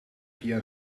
via